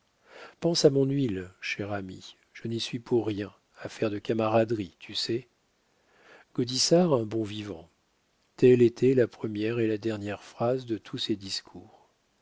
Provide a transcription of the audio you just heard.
pense à mon huile cher ami je n'y suis pour rien affaire de camaraderie tu sais gaudissart un bon vivant telle était la première et la dernière phrase de tous ses discours